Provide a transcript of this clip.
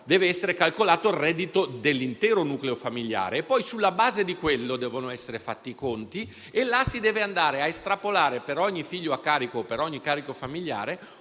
Deve essere calcolato il reddito dell'intero nucleo familiare e poi, sulla base di quello, devono essere fatti i conti e là si deve andare a estrapolare, per ogni figlio a carico e per ogni carico familiare,